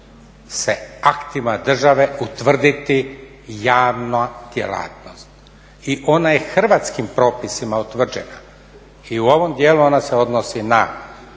se aktiva države utvrditi javna djelatnost i ona je hrvatskim propisima utvrđena i u ovom dijelu ona se odnosi na